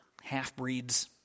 half-breeds